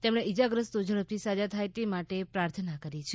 તેમણે ઇજાગ્રસ્તો ઝડપી સાજા થાય તે માટે પ્રાર્થના કરી છે